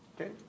okay